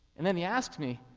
and then he asks me,